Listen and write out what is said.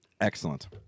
Excellent